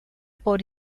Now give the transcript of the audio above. por